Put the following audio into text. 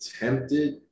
attempted